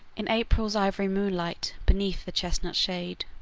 in april's ivory moonlight, beneath the chestnut shade.